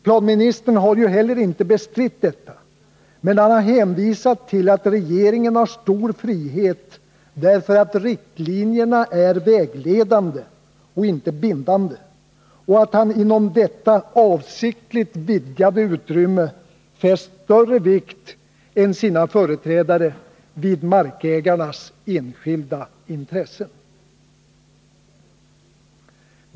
Planministern har ju heller inte bestritt detta men hänvisat till att regeringen har stor frihet, därför att riktlinjerna är ”vägledande” och inte ”bindande”, och att han inom detta avsiktligt vidgade utrymme fäst större vikt än sina företrädare vid markägarnas enskilda intressen.